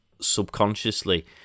subconsciously